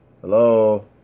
Hello